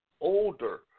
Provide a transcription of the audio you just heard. older